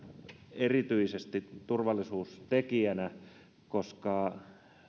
erityisesti turvallisuustekijänä koska